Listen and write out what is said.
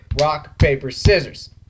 rock-paper-scissors